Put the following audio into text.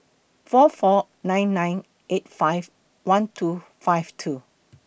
four four nine nine eight five one two five two